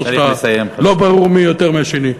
לא ברור מי יותר מהשני,